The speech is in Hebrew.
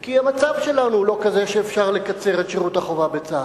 כי המצב שלנו הוא לא כזה שאפשר לקצר את שירות החובה בצה"ל.